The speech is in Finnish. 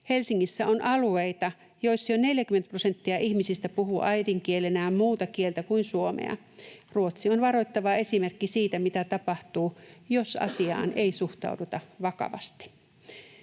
Helsingissä on alueita, joissa jo 40 prosenttia ihmisistä puhuu äidinkielenään muuta kieltä kuin suomea. Ruotsi on varoittava esimerkki siitä, mitä tapahtuu, jos asiaan ei suhtauduta vakavasti.